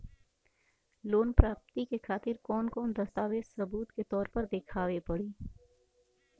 Loan प्राप्ति के खातिर कौन कौन दस्तावेज सबूत के तौर पर देखावे परी?